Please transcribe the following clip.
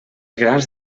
grans